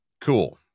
Cool